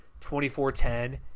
24-10